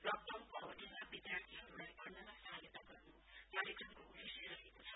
लकडाउनको अवधिमा विद्यार्थीहरूलाई पढ़नमा सहायता गर्नु कार्यक्रमको उदेश्य रहेको छ